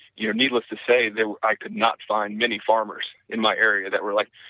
yeah needless to say that i could not find many farmers in my area that were like,